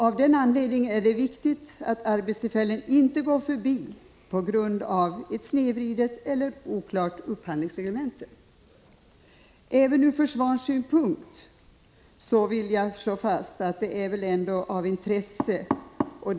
Av den anledningen är det viktigt att arbetstillfällen inte går företaget förbi på grund av ett sneddrivet eller oklart — Prot. 1985/86:119 upphandlingsreglemente. Det är väl ändå av intresse från försvarssynpunkt?